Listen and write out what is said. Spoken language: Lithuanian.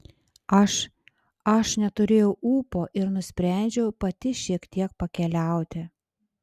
aš aš neturėjau ūpo ir nusprendžiau pati šiek tiek pakeliauti